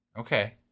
Okay